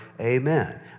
Amen